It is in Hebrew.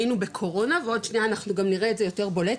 היינו בקורונה ועוד שנייה אנחנו נראה את זה יותר בולט,